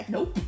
Nope